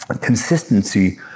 consistency